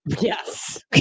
Yes